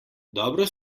dobro